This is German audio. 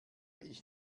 ich